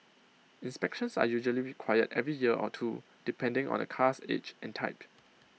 inspections are usually required every year or two depending on A car's age and type